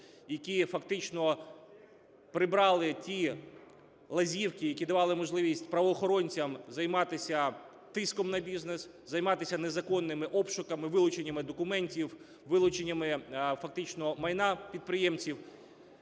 які фактично прибрали ті лазівки, які давали можливість правоохоронцям займатися тиском на бізнес, займатися незаконними обшуками, вилученнями документів, вилученнями фактично майна підприємців.